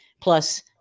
plus